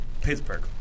Pittsburgh